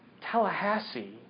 Tallahassee